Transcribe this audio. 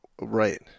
Right